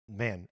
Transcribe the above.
man